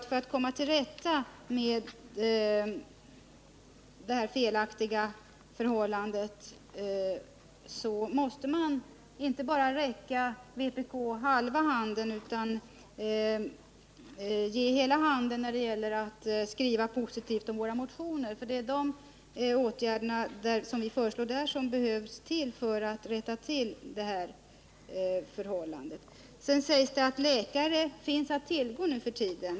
För att komma till rätta med detta felaktiga förhållande måste man räcka vpk inte bara halva handen utan hela handen när det gäller att skriva positivt om våra motioner. De åtgärder som vi där föreslår behövs för att rätta till förhållandet. I betänkandet sägs att läkare finns att tillgå nu för tiden.